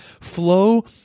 flow